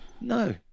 no